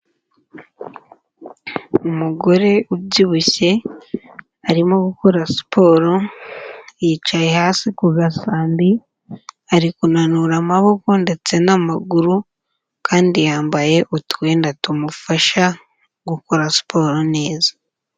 Umugore ubyibushye, arimo gukora siporo, yicaye hasi ku gasambi, ari kunanura amaboko ndetse n'amaguru, kandi yambaye utwenda tumufasha gukora siporo neza.